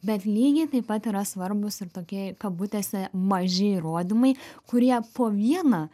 bet lygiai taip pat yra svarbūs ir tokie kabutėse maži įrodymai kurie po vieną